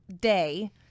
day